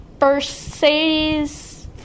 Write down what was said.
Mercedes